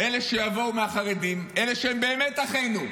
אלה שיבואו מהחרדים, אלה שהם באמת אחינו,